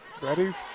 Ready